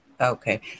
okay